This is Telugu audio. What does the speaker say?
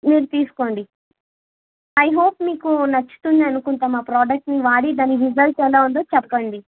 మీరు తీసుకోండి ఐ హోప్ మీకు నచ్చుతుంది అనుకుంటా మా ప్రోడక్ట్ని వాడి దాని రిజల్ట్ ఎలా ఉందో చెప్పండి